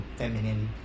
feminine